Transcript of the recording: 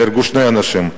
נהרגו שני אנשים,